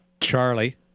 Charlie